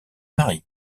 marient